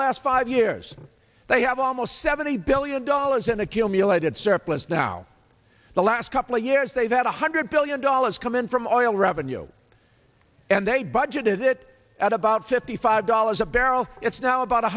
last five years they have almost seventy billion dollars in accumulated surplus now the last couple of years they've had one hundred billion dollars come in from all revenue and they budgeted it at about fifty five dollars a barrel it's now about